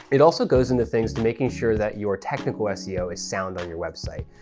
it also goes into things to making sure that your technical seo is sound on your website.